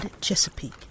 Chesapeake